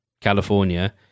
California